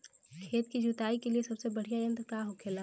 खेत की जुताई के लिए सबसे बढ़ियां यंत्र का होखेला?